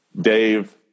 Dave